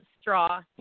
straw